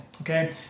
okay